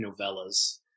novellas